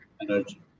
energy